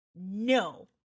No